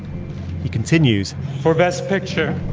he continues for best picture.